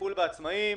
וטיפול בעצמאים.